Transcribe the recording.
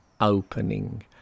opening